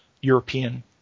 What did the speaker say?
European